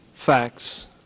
facts